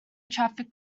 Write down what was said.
traffic